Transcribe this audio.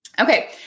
Okay